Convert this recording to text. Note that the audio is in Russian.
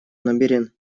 намерен